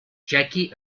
jackie